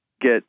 get